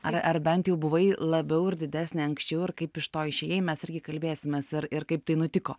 ar ar bent jau buvai labiau ir didesnė anksčiau ir kaip iš to išėjai mes irgi kalbėsimės ir ir kaip tai nutiko